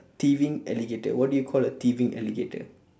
thieving alligator what do you call a thieving alligator